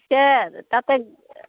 পিছে তাতে